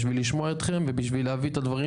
בשביל לשמוע אתכם ובשביל להביא את הדברים